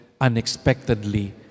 unexpectedly